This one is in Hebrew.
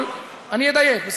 אני אומר לך באחריות,